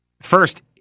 first